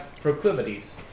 proclivities